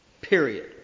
period